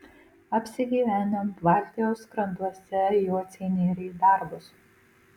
apsigyvenę baltijos krantuose jociai nėrė į darbus